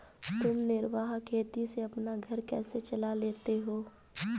तुम निर्वाह खेती से अपना घर कैसे चला लेते हो?